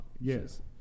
Yes